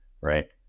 right